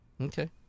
Okay